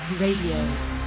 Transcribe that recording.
Radio